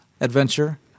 adventure